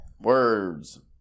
words